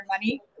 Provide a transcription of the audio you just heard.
money